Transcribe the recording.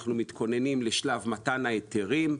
אנחנו מתכוננים לשלב מתן ההיתרים,